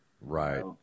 right